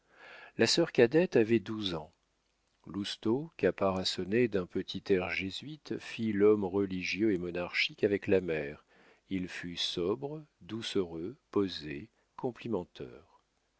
la sœur cadette avait douze ans lousteau caparaçonné d'un petit air jésuite fit l'homme religieux et monarchique avec la mère il fut sobre doucereux posé complimenteur